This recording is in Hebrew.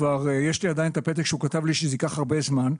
יש לי עדיין את הפתק שהוא כתב לי שזה יארך הרבה זמן.